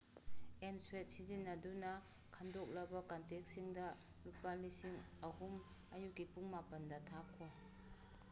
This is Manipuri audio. ꯑꯦꯝꯁ꯭ꯋꯦꯞ ꯁꯤꯖꯤꯟꯅꯗꯨꯅ ꯈꯟꯗꯣꯛꯂꯕ ꯀꯟꯇꯦꯛꯁꯤꯡꯗ ꯂꯨꯄꯥ ꯂꯤꯁꯤꯡ ꯑꯍꯨꯝ ꯑꯌꯨꯛꯀꯤ ꯄꯨꯡ ꯃꯥꯄꯟꯗ ꯊꯥꯈꯣ